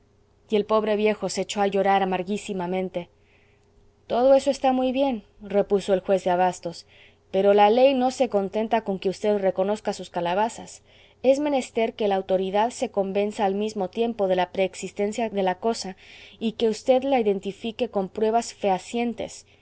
y el pobre viejo se echó a llorar amarguísimamente todo eso está muy bien repuso el juez de abastos pero la ley no se contenta con que usted reconozca sus calabazas es menester que la autoridad se convenza al mismo tiempo de la preexistencia de la cosa y que v la identifique con pruebas fehacientes